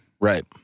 Right